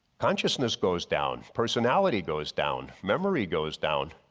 consciousness goes down, personality goes down, memory goes down